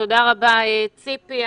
תודה רבה, ציפי.